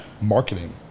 marketing